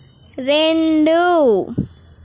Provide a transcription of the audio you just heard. రెండు